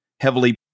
heavily